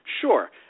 Sure